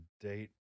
date